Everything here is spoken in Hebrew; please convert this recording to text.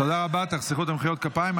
תחסכו את מחיאות הכפיים.